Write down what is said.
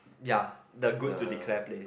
ya the goods to declare place